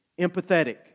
empathetic